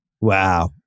Wow